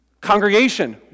congregation